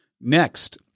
next